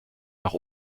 nach